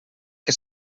que